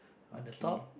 on the top